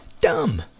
dumb